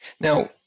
Now